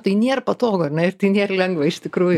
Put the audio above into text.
tai nėr patogu ar ne ir tai nėr lengva iš tikrųjų